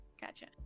gotcha